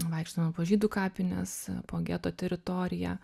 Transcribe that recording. vaikščiodama po žydų kapines po geto teritoriją